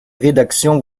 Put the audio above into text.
rédaction